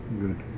good